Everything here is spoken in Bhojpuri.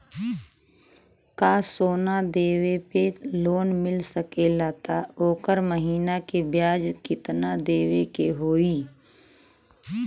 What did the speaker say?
का सोना देले पे लोन मिल सकेला त ओकर महीना के ब्याज कितनादेवे के होई?